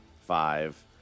Five